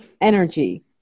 Energy